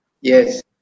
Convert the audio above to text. Yes